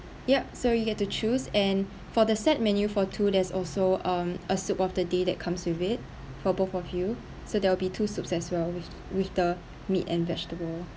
yup so you get to choose and for the set menu for two there's also um a soup of the day that comes with it for both of you so there will be two soups as well with with the meat and vegetable